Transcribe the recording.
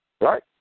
right